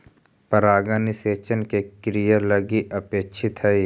परागण निषेचन के क्रिया लगी अपेक्षित हइ